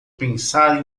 pensar